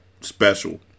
special